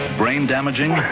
brain-damaging